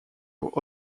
pour